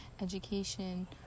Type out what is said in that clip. education